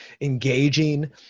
engaging